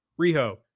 Riho